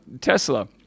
Tesla